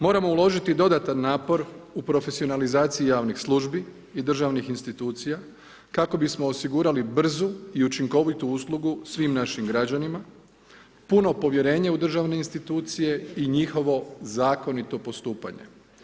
Moramo uložiti dodatan napor u profesionalizaciji javnih službi i državnih institucija kako bismo osigurali brzu i učinkovitu uslugu svim našim građanima, puno povjerenje u državne institucije i njihovo zakonito postupanje.